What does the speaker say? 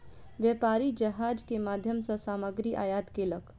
व्यापारी जहाज के माध्यम सॅ सामग्री आयात केलक